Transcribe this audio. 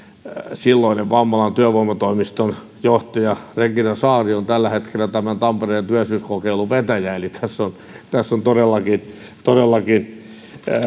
silloinen vammalan työvoimatoimiston johtaja regina saari on tällä hetkellä tämän tampereen työllisyyskokeilun vetäjä eli tässä on tässä on todellakin todellakin